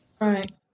right